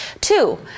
Two